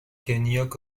کنیاک